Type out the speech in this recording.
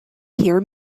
hear